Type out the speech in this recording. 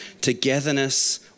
togetherness